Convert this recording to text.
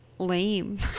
lame